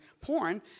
porn